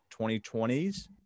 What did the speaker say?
2020s